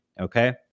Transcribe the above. Okay